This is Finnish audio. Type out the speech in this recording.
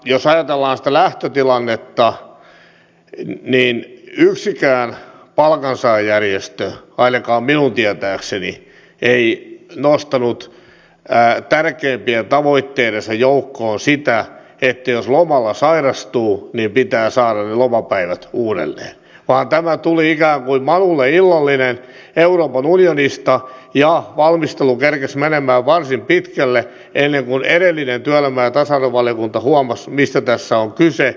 jos ajatellaan sitä lähtötilannetta niin yksikään palkansaajajärjestö ainakaan minun tietääkseni ei nostanut tärkeimpien tavoitteidensa joukkoon sitä että jos lomalla sairastuu niin pitää saada ne lomapäivät uudelleen vaan tämä tuli ikään kuin manulle illallinen euroopan unionista ja valmistelu kerkesi menemään varsin pitkälle ennen kuin edellinen työelämä ja tasa arvovaliokunta huomasi mistä tässä on kyse